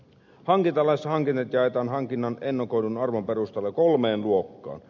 hankintalaissa hankinnat jaetaan hankinnan ennakoidun arvon perusteella kolmeen luokkaan